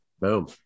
Boom